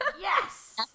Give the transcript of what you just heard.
yes